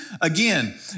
again